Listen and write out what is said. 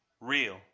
real